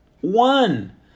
One